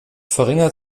verringert